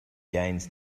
gains